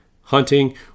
hunting